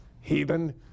heathen